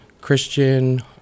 Christian